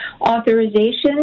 authorization